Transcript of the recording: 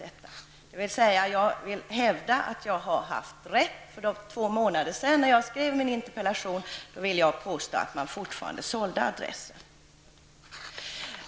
Jag hävdar alltså att jag har haft rätt. Jag vill påstå att när jag skrev min interpellation för två månader sedan sålde man fortfarande adresser.